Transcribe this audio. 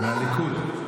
מהליכוד.